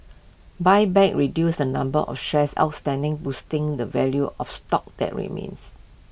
buybacks reduce the number of shares outstanding boosting the value of stock that remains